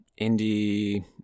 indie